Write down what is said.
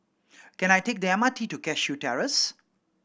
can I take the M R T to Cashew Terrace